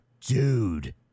dude